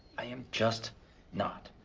i am just not.